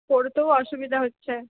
পড়তেও অসুবিধা হচ্ছে